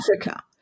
Africa